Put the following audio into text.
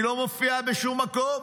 היא לא מופיעה בשום מקום,